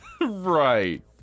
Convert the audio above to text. Right